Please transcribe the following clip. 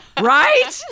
Right